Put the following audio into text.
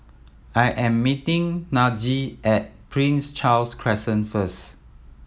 I am meeting Najee at Prince Charles Crescent first